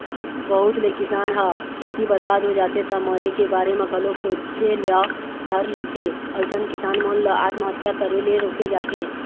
बहुत ले किसान ह खेती बरबाद हो जाथे त मरे के बारे म घलोक सोचे ल धर लेथे अइसन किसान मन ल आत्महत्या करे ले रोके जाथे